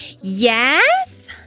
yes